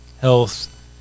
health